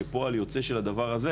כפועל יוצא של הדבר הזה,